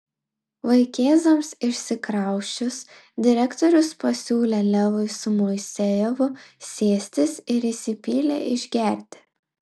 vaikėzams išsikrausčius direktorius pasiūlė levui su moisejevu sėstis ir įsipylė išgerti